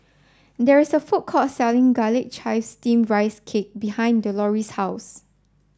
there is a food court selling Garlic Chives Steamed Rice Cake behind Deloris' house